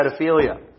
pedophilia